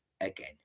again